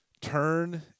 turn